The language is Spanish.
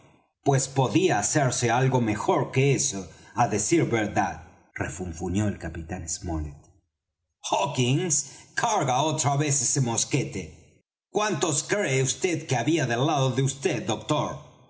pues podía hacerse algo mejor que eso á decir verdad refunfuñó el capitán smollet hawkins carga otra vez ese mosquete cuántos cree vd que había del lado de vd doctor